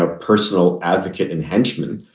ah personal advocate and henchmen.